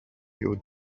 your